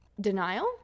denial